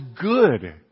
good